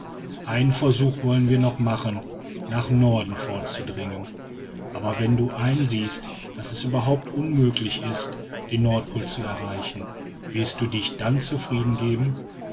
einen versuch wollen wir noch machen nach norden vorzudringen aber wenn du einsiehst daß es überhaupt unmöglich ist den nordpol zu erreichen wirst du dich dann zufrieden geben